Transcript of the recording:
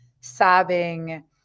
sobbing